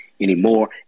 anymore